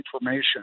information